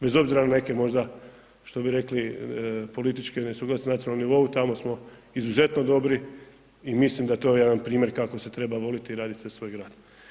Bez obzira na neke možda što bi rekli političke nesuglasice na nacionalnom nivou, tamo smo izuzetno dobri i mislim da je to jedan primjer kako se treba voliti i raditi za svoj grad.